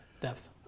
depth